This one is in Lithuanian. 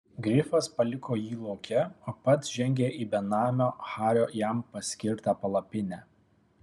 grifas paliko jį lauke o pats žengė į benamio hario jam paskirtą palapinę